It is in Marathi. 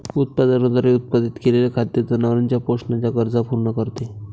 उत्पादनाद्वारे उत्पादित केलेले खाद्य जनावरांच्या पोषणाच्या गरजा पूर्ण करते